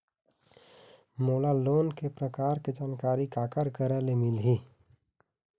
मोला लोन के प्रकार के जानकारी काकर ले मिल ही?